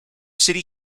city